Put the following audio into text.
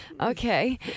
Okay